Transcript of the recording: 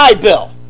bill